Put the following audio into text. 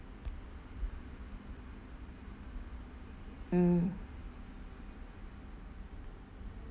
mm